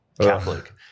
Catholic